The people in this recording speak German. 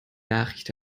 nachricht